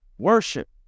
worship